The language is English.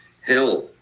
hell